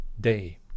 day